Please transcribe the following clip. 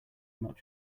not